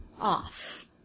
off